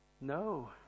No